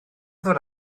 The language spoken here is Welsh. ddod